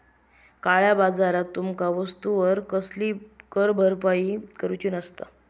काळया बाजारात तुमका वस्तूवर कसलीही कर भरपाई करूची नसता